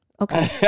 Okay